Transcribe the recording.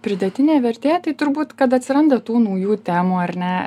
pridėtinė vertė tai turbūt kad atsiranda tų naujų temų ar ne